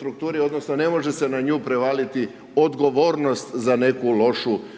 strukturi odnosno ne može se na nju prevaliti odgovornost za neku lošu procjenu.